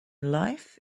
life